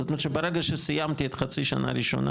זאת אומרת שברגע שסיימתי את החצי שנה הראשונה